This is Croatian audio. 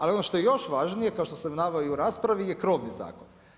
Ali, ono što je još važnije kao što sam naveo u raspravi je krovni zakon.